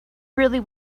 really